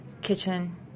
Kitchen